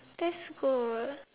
test go